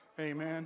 Amen